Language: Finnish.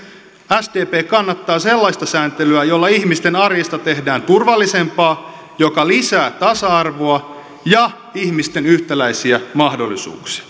sdp kannattaa sellaista sääntelyä jolla ihmisten arjesta tehdään turvallisempaa joka lisää tasa arvoa ja ihmisten yhtäläisiä mahdollisuuksia